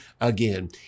again